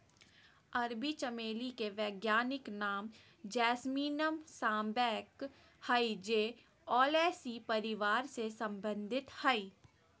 अरबी चमेली के वैज्ञानिक नाम जैस्मीनम सांबैक हइ जे ओलेसी परिवार से संबंधित हइ